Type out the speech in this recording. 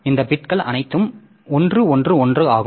இந்த பிட்கள் அனைத்தும் 111 ஆகும்